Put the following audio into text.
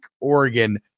Oregon